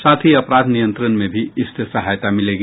साथ ही अपराध नियंत्रण में भी इससे सहायता मिलेगी